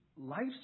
life's